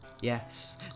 Yes